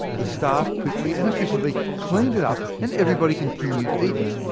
the staff quickly and efficiently cleaned it up, and everybody continued eating.